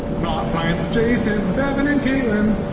not science adjacent with evan and katelyn,